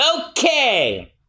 Okay